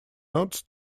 nodes